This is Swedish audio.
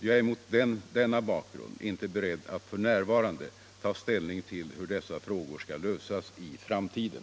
Jag är mot denna bakgrund inte beredd att f.n. ta ställning till hur dessa frågor skall lösas i framtiden.